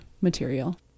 material